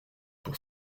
pour